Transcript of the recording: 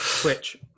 Twitch